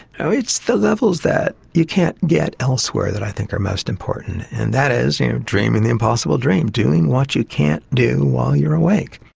so it's the levels that you can't get elsewhere that i think are most important, and that is you know dreaming the impossible dream, doing what you can't do while you are awake.